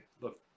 look